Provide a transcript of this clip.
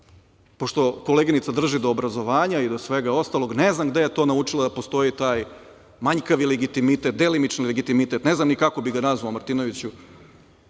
pošto koleginica drže do obrazovanja i do svega ostalog, ne znam gde je to naučila da postoji taj manjkavi legitimitet, delimični legitimitet, ne znam ni kako bih ga nazvao, Martinoviću,